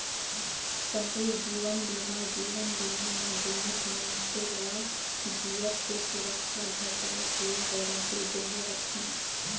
संपूर्न जीवन बीमा जीवन बीमा मे बीमित मइनसे ल जियत ले सुरक्छा भेंटाय के गारंटी दहे रथे